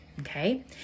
okay